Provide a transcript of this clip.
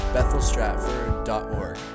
BethelStratford.org